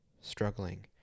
struggling